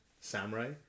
Samurai